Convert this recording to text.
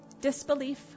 disbelief